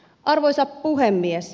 arvoisa puhemies